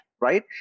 right